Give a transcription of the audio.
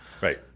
Right